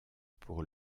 pour